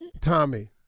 Tommy